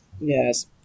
yes